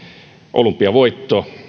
olympiavoitto